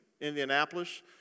Indianapolis